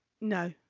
No